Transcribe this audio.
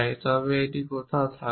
তবে এটি এখানে কোথাও থাকবে